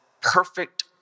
perfect